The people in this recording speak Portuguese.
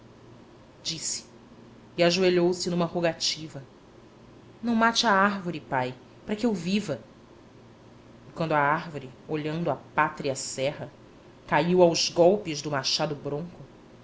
disse e ajoelhou-se numa rogativa não mate a árvore pai para que eu viva e quando a árvore olhando a pátria serra caiu aos golpes do machado bronco